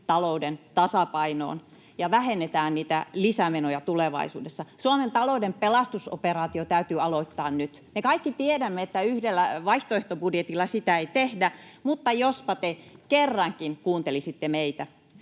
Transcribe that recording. talouden tasapainoon ja vähennetään lisämenoja tulevaisuudessa. Suomen talouden pelastusoperaatio täytyy aloittaa nyt. Me kaikki tiedämme, että yhdellä vaihtoehtobudjetilla sitä ei tehdä, mutta jospa te kerrankin kuuntelisitte meitä.